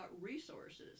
resources